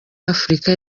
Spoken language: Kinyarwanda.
afurika